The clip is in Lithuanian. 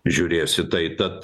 žiūrės į tai tad